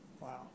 wow